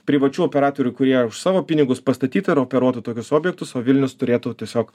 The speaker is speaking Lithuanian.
privačių operatorių kurie už savo pinigus pastatytų ir operuotų tokius objektus o vilnius turėtų tiesiog